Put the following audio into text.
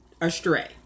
Astray